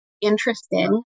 interesting